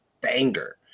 banger